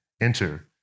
enter